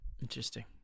interesting